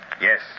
Yes